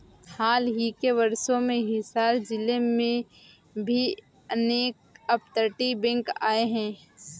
हाल ही के वर्षों में हिसार जिले में भी अनेक अपतटीय बैंक आए हैं